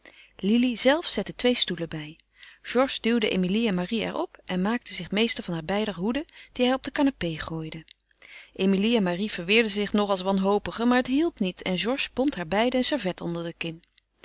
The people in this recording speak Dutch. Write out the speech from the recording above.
lili zelve zette twee stoelen bij georges duwde emilie en marie er op en maakte zich meester van haar beider hoeden die hij op de canapé gooide emilie en marie verweerden zich nog als wanhopigen maar het hielp niet en georges bond haar beiden een servet onder de kin